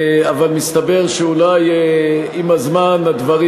אבל מסתבר שאולי עם הזמן הדברים,